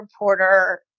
reporter